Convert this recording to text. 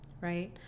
right